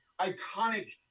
iconic